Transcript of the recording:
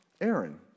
Aaron